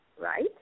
right